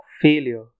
failure